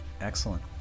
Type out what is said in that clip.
Excellent